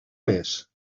més